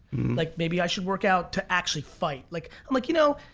like maybe i should work out to actually fight. like i'm like you know,